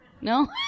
No